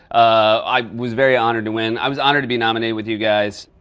i was very honored to win. i was honored to be nominated with you guys.